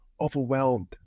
overwhelmed